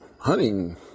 hunting